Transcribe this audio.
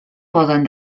poden